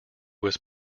was